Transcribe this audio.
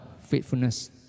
faithfulness